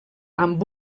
amb